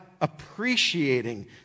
appreciating